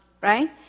right